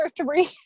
three